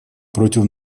против